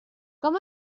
com